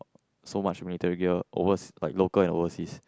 so much military gear over like local and overseas